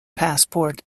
passport